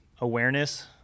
awareness